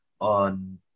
on